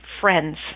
friends